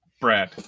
Brad